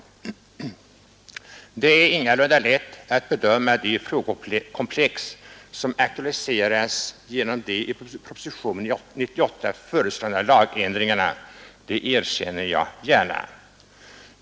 Det är ingalunda lätt att bedöma de frågekomplex som aktualiseras genom de i propositionen 98 föreslagna lagändringarna — det erkänner jag gärna.